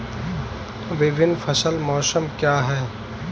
विभिन्न फसल मौसम क्या हैं?